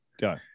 Go